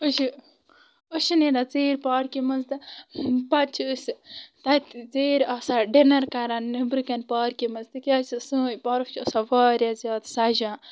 أسۍ چھِ أسۍ چھِ نیران ژیٖرۍ پارکہِ منٛز تہٕ پَتہٕ چھِ أسۍ تَتہِ ژیٖرۍ آسان ڈِنَر کَران نیٚبرٕ کَنۍ پارکہِ منٛز تِکیٛازِ یہِ سٲنۍ پارٕک چھِ آسان واریاہ زیادٕ سَجان